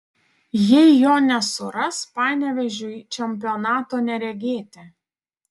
jei jo nesuras panevėžiui čempionato neregėti